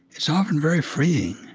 it's often very freeing